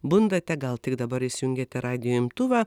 bundate gal tik dabar įsijungiate radijo imtuvą